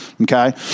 Okay